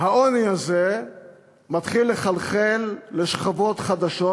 העוני הזה מתחיל לחלחל לשכבות חדשות,